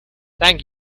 thank